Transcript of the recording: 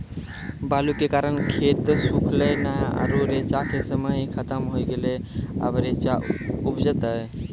बालू के कारण खेत सुखले नेय आरु रेचा के समय ही खत्म होय गेलै, अबे रेचा उपजते?